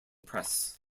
press